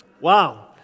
Wow